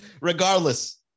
Regardless